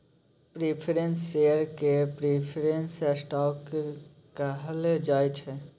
preference share केँ preference stock कहल जाइ छै